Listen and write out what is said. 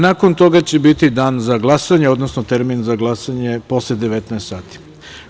Nakon toga će biti Dan za glasanje, odnosno termin za glasanje posle 19.00 časova.